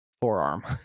forearm